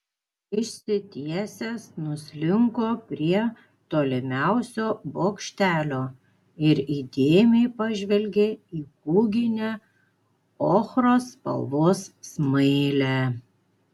išsitiesęs nuslinko prie tolimiausio bokštelio ir įdėmiai pažvelgė į kūginę ochros spalvos smailę